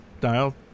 dial